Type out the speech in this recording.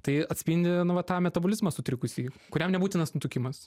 tai atspindi nu va tą metabolizmą sutrikusį kuriam nebūtinas nutukimas